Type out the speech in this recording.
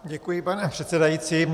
Děkuji, pane předsedající.